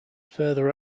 further